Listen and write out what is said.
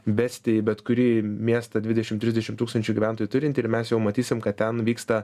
besti į bet kurį miestą dvidešim trisdešim tūkstančių gyventojų turintį ir mes jau matysim kad ten vyksta